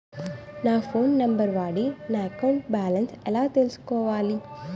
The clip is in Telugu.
నా ఫోన్ నంబర్ వాడి నా అకౌంట్ బాలన్స్ ఎలా తెలుసుకోవాలి?